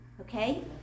Okay